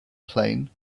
plain